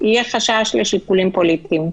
יהיה חשש לשיקולים פוליטיים.